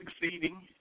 succeeding